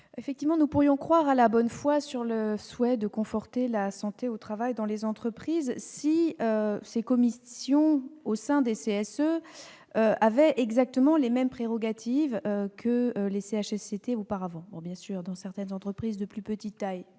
Taillé-Polian. Nous pourrions croire à la bonne foi du Gouvernement sur son souhait de conforter la santé au travail dans les entreprises si ces commissions au sein des CSE avaient exactement les mêmes prérogatives que les CHSCT auparavant. Bien sûr, dans certaines entreprises de plus petite taille,